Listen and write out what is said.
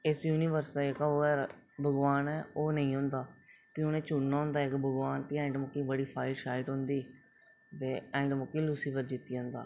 इस यूनीबर्स दा जेहका ओह् भगवान ऐ ओह् नेई होंदा फ्ही उनें चुनना होंदा इक भगवान फ्ही एैंड़ मोकै बड़ी फाइट शाइट होंदी ते ऐंड़ मोकै लूसीफर जित्ती जंदा